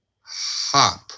Hop